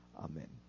Amen